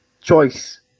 choice